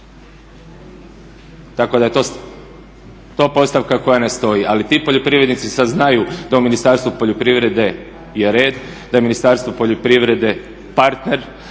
tako da je to postavka koja ne stoji. Ali ti poljoprivrednici sad znaju da u Ministarstvu poljoprivrede je red, da je Ministarstvo poljoprivrede partner